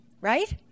Right